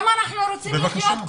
גם אנחנו רוצים לחיות.